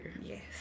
Yes